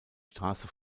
straße